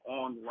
on